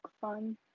fun